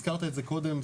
הזכרת את זה קודם,